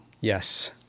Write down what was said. Yes